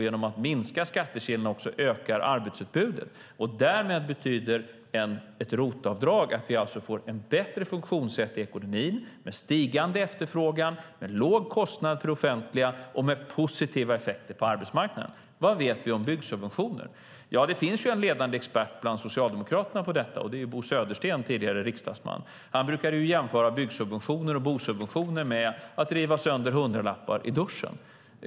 Genom att minska skattekilarna ökar vi också arbetsutbudet. Därmed betyder ett ROT-avdrag att vi får ett bättre funktionssätt i ekonomin med stigande efterfrågan, med låg kostnad för det offentliga och med positiva effekter på arbetsmarknaden. Vad vet vi om byggsubventioner? Ja, det finns ju en ledande expert på detta bland Socialdemokraterna. Det är Bo Södersten, tidigare riksdagsman. Han brukade jämföra byggsubventioner och bosubventioner med att riva sönder hundralappar i duschen.